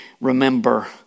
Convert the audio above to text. remember